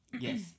Yes